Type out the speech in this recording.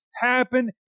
happen